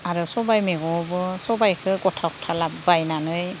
आरो सबाय मैगङावबो सबायखौ गथा गथा लाबोबायनानै